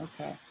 Okay